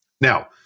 Now